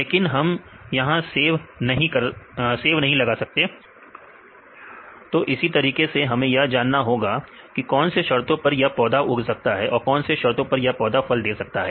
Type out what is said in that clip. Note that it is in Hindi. लेकिन हम यहां सेव नहीं लगा सकते तो इसी तरीके से हमें यह जानना होगा कि कौन से शर्तों पर यह पौधा उग सकता है और कौन से शर्तों पर यह पौधा फल दे सकता है